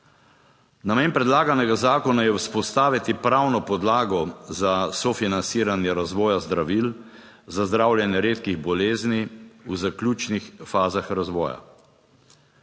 Namen predlaganega zakona je vzpostaviti pravno podlago za sofinanciranje razvoja zdravil za zdravljenje redkih bolezni v zaključnih fazah razvoja.